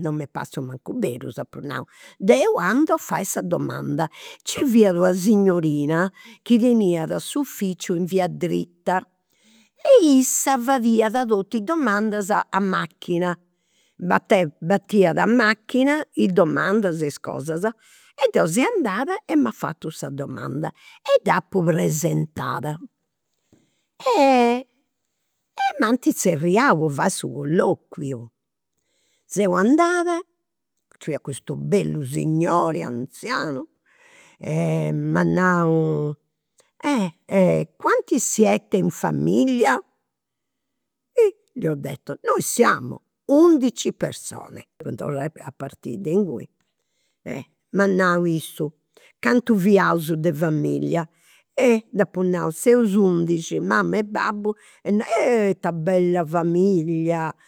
non m'est passiu mancu berus, apu nau, deu andu a fai sa domanda. Nci fiat una signorina chi teniat s'uficiu in via dritta, e issa fadiat totu i' domandas a macchina, batteva batiat a macchina i domandas e is cosas. Deu seu andada e m'at fatu sa domanda, e dd'apu presentada. E e m'ant zerriau po fai su colloquiu. Seu andada, nci fiat custu bellu signori anzianu e m'at nau, quanti siete in famiglia. Hi, gli ho detto, noi siamo undici persone. Depu torrai a partiri de inguni. M'at nau issu, cantu de familia, eh, dd'apu nau, seus undixi, mama e babbu e, eeh ta bella familia